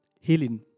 healing